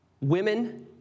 Women